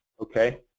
okay